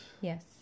Yes